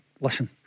listen